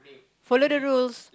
follow the rules